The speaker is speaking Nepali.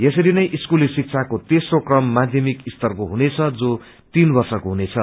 यसरी नै स्कूली शिक्षाको तेप्रो क्रम माध्यमिक स्तरको हुनेछ जो तीन वर्षको हुनेछ